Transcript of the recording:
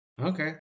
okay